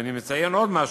ואני אציין עוד משהו,